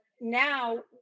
now